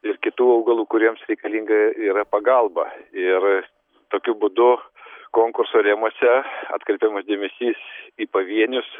ir kitų augalų kuriems reikalinga yra pagalba ir tokiu būdu konkurso rėmuose atkreipiamas dėmesys į pavienius